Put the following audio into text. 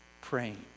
praying